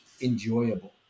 enjoyable